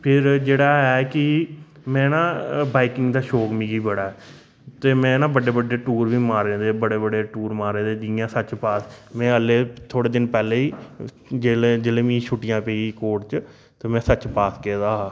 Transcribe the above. फेर जेह्ड़ा ऐ कि मैं ना बाइकिंग दा शौक मिगी बड़ा ऐ ते मैं ना बड्डे बड्डे टूर बी मारे दे बड़े बड़े टूर मारे दे जियां सच पाथ में हल्ले थोह्ड़े दिन पैहले ही जेल्लै जिल्लै मिगी छुट्टियां पेइयां कोर्ट च ते मैं सचपाथ गेदा हा